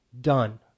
Done